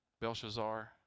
Belshazzar